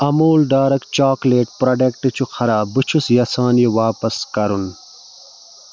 اموٗل dark chocolate product چھُ خراب بہٕ چھُس یَژھان یہِ واپس کَرُن